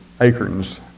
acorns